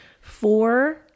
four